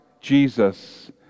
Jesus